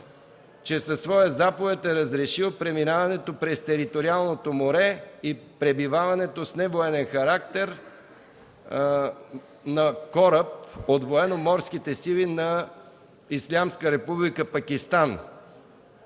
че със своя заповед е разрешил преминаването през териториалното море и пребиваването с невоенен характер на кораб от Военноморските сили на Ислямска република Пакистан.